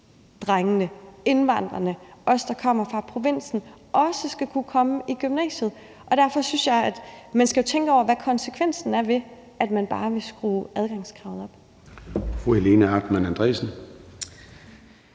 drengene, indvandrerne, os, der kommer fra provinsen, også skal kunne komme i gymnasiet, og derfor synes jeg, at man skal tænke over, hvad konsekvensen er af, at man bare vil skrue adgangskravet op.